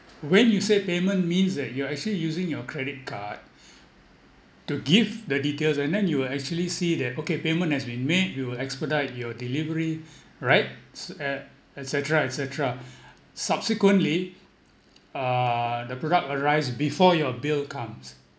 when you said payment means that you are actually using your credit card to give the details and then you'll actually see that okay payment has been made we will expedite your delivery right so and et cetera et cetera subsequently uh the product arrives before your bill comes